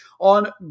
on